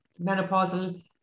menopausal